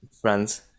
friends